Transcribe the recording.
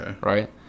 right